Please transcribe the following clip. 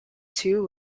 two